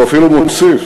הוא אפילו מוסיף: